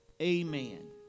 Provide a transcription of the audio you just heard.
Amen